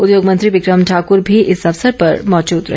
उद्योग मंत्री बिकम ठाकुर भी इस अवसर पर मौजूद रहे